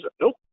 nope